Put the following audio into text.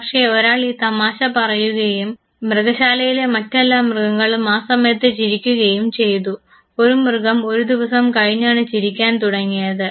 പക്ഷേ ഒരാൾ ഈ തമാശ പറയുകയും മൃഗശാലയിലെ മറ്റെല്ലാ മൃഗങ്ങളും ആ സമയത്ത് ചിരിക്കുകയും ചെയ്തു ഒരു മൃഗം ഒരു ദിവസം കഴിഞ്ഞാണ് ചിരിക്കാൻ തുടങ്ങിയത്